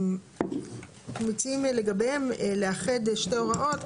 מציעים לגביהם לאחד שתי הוראות,